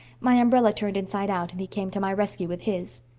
my umbrella turned inside out and he came to my rescue with his.